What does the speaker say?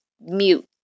mute